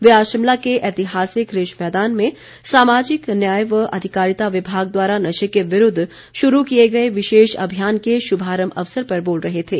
वे आज शिमला के ऐतिहासिक रिज मैदान में सामाजिक न्याय व अधिकारिता विभाग द्वारा नशे के विरूद्व शुरू किए गए विशेष अभियान के शुभारम्भ अवसर पर बोल रहे थे